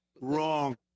Wrong